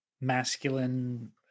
masculine